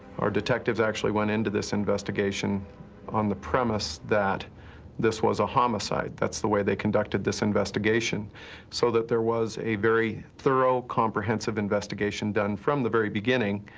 our detectives actually went into this investigation on the premise that this was a homicide. that's the way they conducted this investigation so that there was a very thorough, comprehensive investigation done from the very beginning.